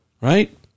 right